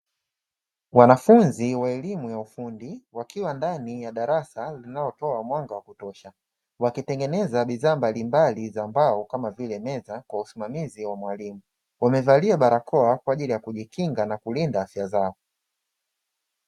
Wanafunzi wa elimu ya ufundi wakiwa ndani ya darasa linalotoa mwanga wa kutosha, wakitengeneza bidhaa mbalimbali za mbao kama vile meza kwa usimamizi wa mwalimu, Wamevalia barakoa kwaajili ya kujikinga na kulinda afya zao.